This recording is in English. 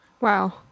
Wow